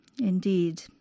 Indeed